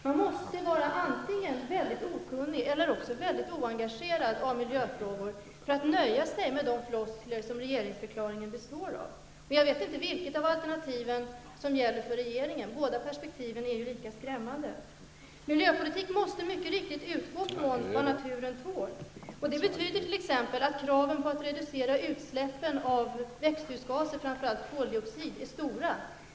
Man måste vara antingen mycket okunnig eller också mycket oengagerad av miljöfrågor för att nöja sig med de floskler som regeringsförklaringen består av. Jag vet inte vilket av alternativen som gäller för regeringen. Båda perspektiven är lika skrämmande. Miljöpolitik måste mycket riktigt utgå från vad naturen tål. Det betyder t.ex. att kraven på att reducera utsläppen av växthusgaser, framför allt koldioxid, är stora.